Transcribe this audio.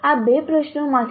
આ બે પ્રશ્નોમાંથી